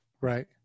Right